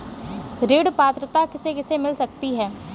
ऋण पात्रता किसे किसे मिल सकती है?